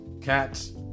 cats